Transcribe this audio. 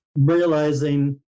realizing